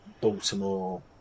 Baltimore